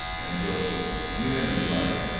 and so we had a good life.